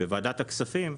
בוועדת הכספים.